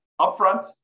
upfront